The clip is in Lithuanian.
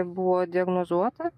buvo diagnozuota